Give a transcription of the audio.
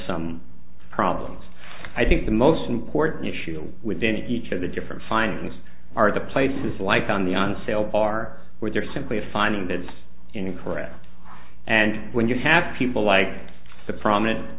some problems i think the most important issue within each of the different findings are the places like on the on sale bar where there is simply a finding that is incorrect and when you have people like the prominent